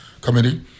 committee